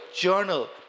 journal